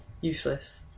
useless